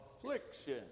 affliction